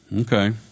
Okay